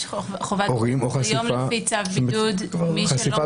יש חובה היום לפי צו בידוד --- הורים,